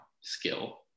skill